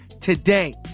today